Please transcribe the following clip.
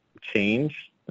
change